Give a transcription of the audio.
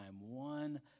one